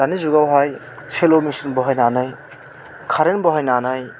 दानि जुगावहाय cell' machine बहायनानै कारेन्ट बहायनानै